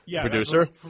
producer